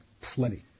plenty